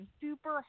super